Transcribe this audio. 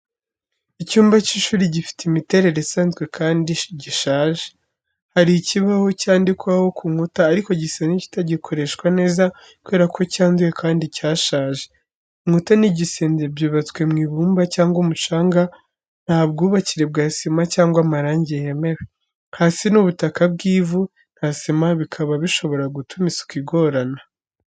Icyumba cy’ishuri gifite imiterere isanzwe kandi gishaje. Hari ikibaho cyandikwaho ku nkuta ariko gisa nk’ikitagikoreshwa neza kubera ko cyanduye kandi cyashaje. Inkuta n’igisenge byubatswe mu ibumba cyangwa umucanga, nta bwubakire bwa sima cyangwa amarangi yemewe. Hasi ni ubutaka bw’ivu, nta sima, bikaba bishobora gutuma isuku igorana.